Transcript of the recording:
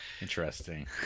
interesting